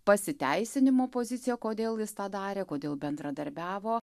pasiteisinimo poziciją kodėl jis tą darė kodėl bendradarbiavo